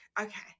okay